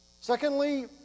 Secondly